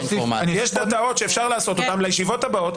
יש דאטות שאפשר לעשות אותן לישיבות הבאות,